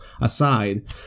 aside